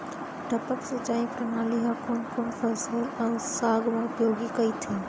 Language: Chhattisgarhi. टपक सिंचाई प्रणाली ह कोन कोन फसल अऊ साग म उपयोगी कहिथे?